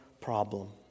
problem